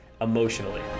emotionally